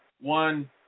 one